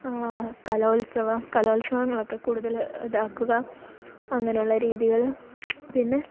കലോത്സവം കലോത്സവങ്ങളൊക്കെ കൂടുതൽ ഇതാക്കുക അങ്ങനെയുള്ള രീതികൾ പിന്നെ